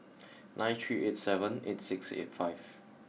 nine three eight seven eight six eight five